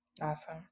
awesome